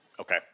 okay